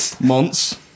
Months